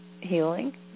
healing